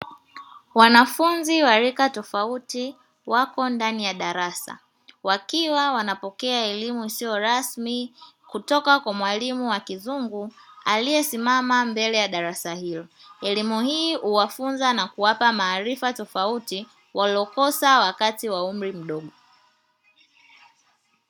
Wanafunzi wa rika tofauti wako ndani ya darasa wakiwa wanapokea elimu isiyo rasmi kutoka kwa mwalimu wa kizungu aliesimama mbele ya darasa hilo, elimu hii huwafunza na kuwapa maarifa tofauti waliokosa wakati wa umri mdogo.